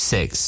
Six